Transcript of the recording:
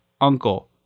uncle